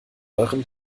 euren